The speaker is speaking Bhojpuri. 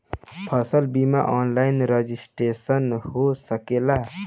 फसल बिमा ऑनलाइन रजिस्ट्रेशन हो सकेला?